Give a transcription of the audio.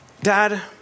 dad